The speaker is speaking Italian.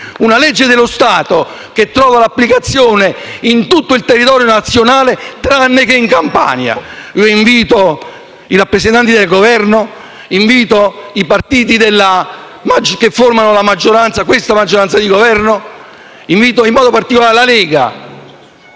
Una legge dello Stato che trova applicazione in tutto il territorio nazionale tranne che in Campania. Io invito i rappresentanti del Governo, invito i partiti che formano questa maggioranza di Governo, invito in modo particolare la Lega,